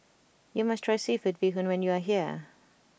you must try Seafood Bee Hoon when you are here